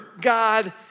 God